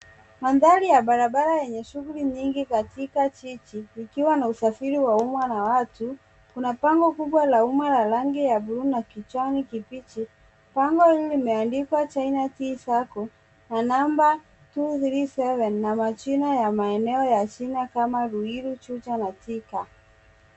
Mandhari ya barabara yenye shughuli nyingi katika jiji likiwa na usafiri wa umma na watu. Kuna bango kubwa la rangi ya buluu na kijani kibichi. Bango hili limeandikwa China Tea Sacco na namba two three seven na majina ya maeneo ya China kama Ruiru, Juja na Thika.